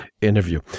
interview